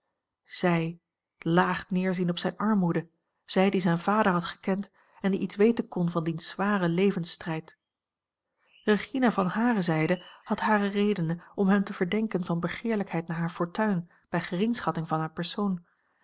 zij laag neerzien op zijne armoede zij die zijn vader had gekend en die iets weten kon van diens zwaren levensstrijd regina van hare zijde had hare redenen om hem te verdenken van begeerlijkheid naar hare fortuin bij geringschatting van haar persoon